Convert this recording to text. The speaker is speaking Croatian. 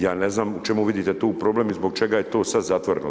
Ja ne znam u čemu vidite tu problem i zbog čega je tu sad zatvoreno.